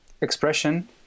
expression